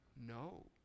No